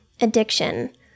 addiction